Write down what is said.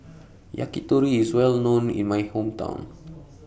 Yakitori IS Well known in My Hometown